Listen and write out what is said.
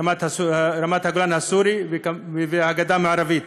ורמת-הגולן הסורי, והגדה המערבית.